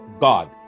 God